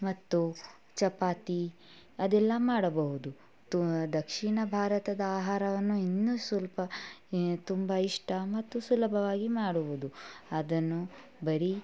ಮತ್ತು ಚಪಾತಿ ಅದೆಲ್ಲ ಮಾಡಬಹುದು ತು ದಕ್ಷಿಣ ಭಾರತದ ಆಹಾರವನ್ನು ಇನ್ನು ಸುಲಭ ತುಂಬ ಇಷ್ಟ ಮತ್ತು ಸುಲಭವಾಗಿ ಮಾಡುವುದು ಅದನ್ನು ಬರೀ